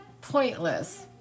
pointless